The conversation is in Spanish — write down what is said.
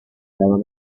lago